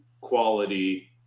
quality